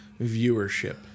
viewership